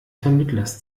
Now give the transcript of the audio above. vermittlers